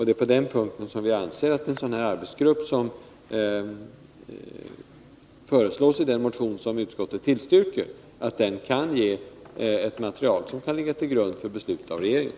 Det är på den punkten som vi anser att en sådan arbetsgrupp som den som föreslås i den av utskottet tillstyrkta motionen kan ge ett material vilket kan ligga till grund för beslut av regeringen.